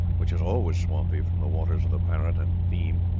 which is always swampy from the waters of the parrot and theme,